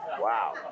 Wow